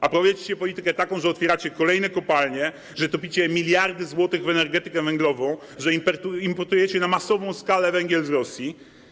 A prowadzicie taką politykę, że otwieracie kolejne kopalnie, że topicie miliardy złotych w energetykę węglową, że importujecie na masową skalę węgiel z Rosji.